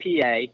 PA